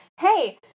Hey